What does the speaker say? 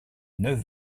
neuf